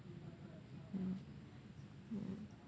mm mm